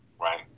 right